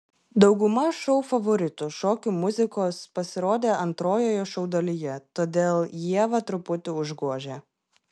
dauguma šou favoritų šokių muzikos pasirodė antrojoje šou dalyje todėl ievą truputį užgožė